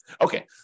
Okay